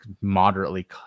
moderately